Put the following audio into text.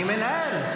אני מנהל.